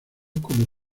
como